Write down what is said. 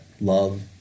love